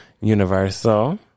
Universal